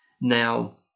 Now